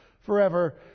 forever